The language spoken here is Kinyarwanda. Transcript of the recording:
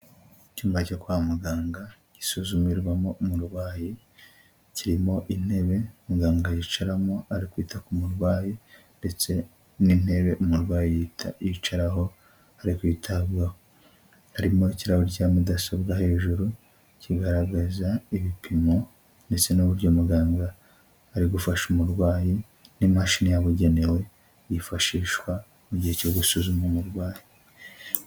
Icyumba cyo kwa muganga gisuzumirwamo umurwayi, kirimo intebe muganga yicaramo ari kwita ku murwayi ndetse n'intebe umurwayihita yicaraho ari kwitabwaho arimo ikirahuri cya mudasobwa hejuru kigaragaza ibipimo ndetse n'uburyo muganga ari gufasha umurwayi n'imashini yabugenewe yifashishwa mu gihe cyo gusuzuma umuntu umurwayi.